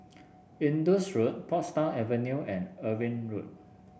Indus Road Portsdown Avenue and Irving Road